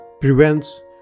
prevents